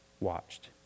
watched